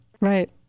Right